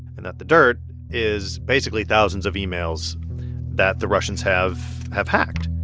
and that the dirt is basically thousands of emails that the russians have have hacked,